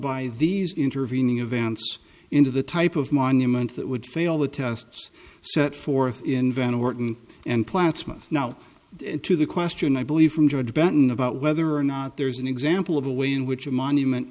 by these intervening events into the type of monument that would fail the tests set forth in van orten and platzman now to the question i believe from judge benton about whether or not there is an example of a way in which a monument